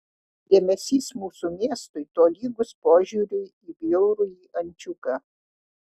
dėmesys mūsų miestui tolygus požiūriui į bjaurųjį ančiuką